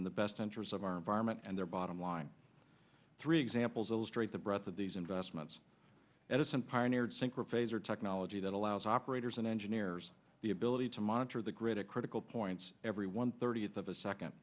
in the best interest of our environment and their bottom line three examples illustrate the breadth of these investments edison pioneered synchro fazer technology that allows operators and engineers the ability to monitor the grid at critical points every one thirtieth of a second